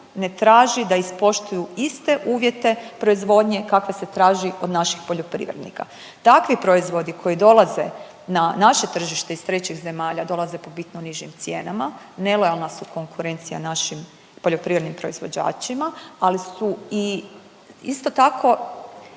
ne traži da ispoštuju iste uvjete proizvodnje kakve se traži od naših poljoprivrednika. Takvi proizvodi koji dolaze na naše tržište iz trećih zemalja dolaze po bitno nižim cijenama, nelojalna su konkurencija našim poljoprivrednim proizvođačima, ali su i isto tako